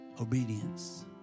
obedience